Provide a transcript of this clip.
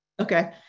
Okay